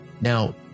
Now